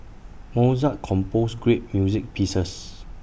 Mozart composed great music pieces